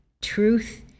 truth